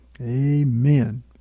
Amen